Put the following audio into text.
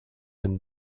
and